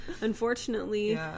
unfortunately